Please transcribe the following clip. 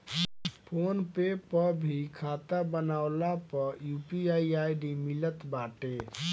phone पे पअ भी खाता बनवला पअ यू.पी.आई आई.डी मिलत बाटे